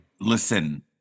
listen